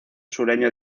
sureño